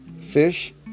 fish